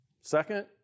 Second